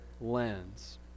lens